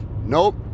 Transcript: Nope